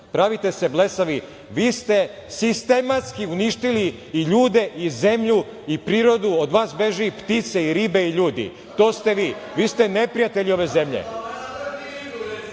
Pravite se blesavi, vi ste sistematski uništili i ljude i zemlju i prirodu, od vas beže i ptice i ribe i ljudi. To ste vi. Vi ste neprijatelji ove zemlje.